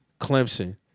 Clemson